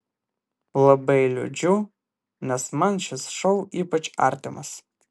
labai liūdžiu nes man šis šou ypač artimas